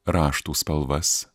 raštų spalvas